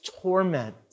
torment